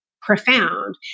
profound